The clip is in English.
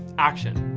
action.